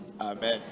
Amen